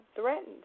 threatened